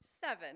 Seven